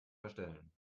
verstellen